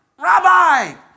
Rabbi